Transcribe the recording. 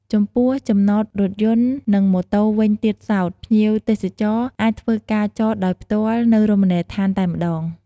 ចំពោះចំណតរថយន្តនិងម៉ូតវិញទៀតសោត ភ្ញៀវទេសចរអាចធ្វើការចតដោយផ្ទាល់នៅរមណីយដ្ឋានតែម្តង ។